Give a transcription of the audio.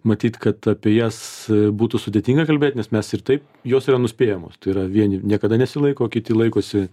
matyt kad apie jas būtų sudėtinga kalbėt nes mes ir taip jos yra nuspėjamos tai yra vieni niekada nesilaiko o kiti laikosi